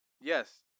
yes